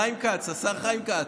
השר חיים כץ,